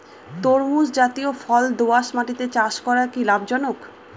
তরমুজ জাতিয় ফল দোঁয়াশ মাটিতে চাষ করা কি লাভজনক?